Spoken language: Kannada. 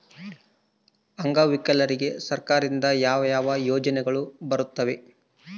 ಅಂಗವಿಕಲರಿಗೆ ಸರ್ಕಾರದಿಂದ ಯಾವ ಯಾವ ಯೋಜನೆಗಳು ದೊರೆಯುತ್ತವೆ?